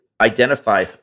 identify